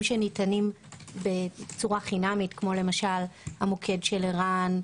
שניתנים חינמית כמו המוקד של ער"ן,